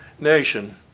nation